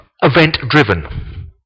event-driven